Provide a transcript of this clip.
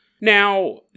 Now